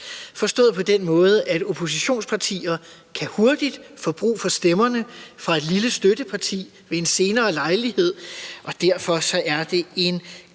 forstås på den måde, at oppositionspartier hurtigt kan få brug for stemmerne fra et lille støtteparti ved en senere lejlighed, og derfor er det en kortfristet